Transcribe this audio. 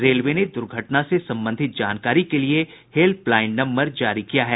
railway ने दुर्घटना से संबंधित जानकारी के लिये हेल्पलाईन नम्बर जारी किया है